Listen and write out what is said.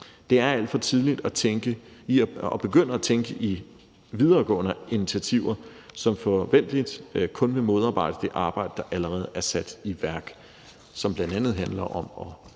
Det er alt for tidligt at begynde at tænke i videregående initiativer, som forventeligt kun vil modarbejde det arbejde, der allerede er sat i værk, som bl.a. handler om at